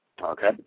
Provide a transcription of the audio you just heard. okay